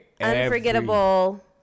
unforgettable